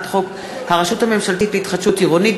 חוק הרשות הממשלתית להתחדשות עירונית,